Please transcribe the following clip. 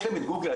יש להם את גוגל,